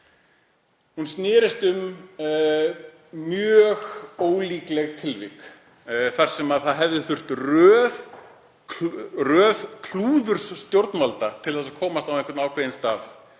Hún snerist um mjög ólíkleg tilvik þar sem það hefði þurft margendurtekið klúður stjórnvalda til að komast á einhvern ákveðinn stað